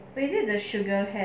is it the sugar kind